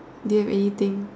do you have anything